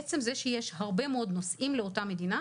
עצם זה שיש הרבה מאוד נוסעים לאותה מדינה,